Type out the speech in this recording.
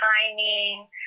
timing